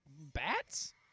Bats